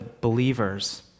believers